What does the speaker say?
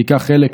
תיקח חלק